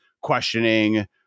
questioning